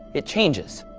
it changes.